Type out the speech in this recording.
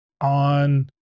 on